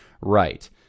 right